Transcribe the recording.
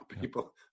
people